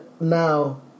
Now